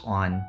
on